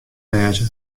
wêze